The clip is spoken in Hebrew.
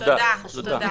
תודה.